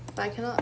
but I cannot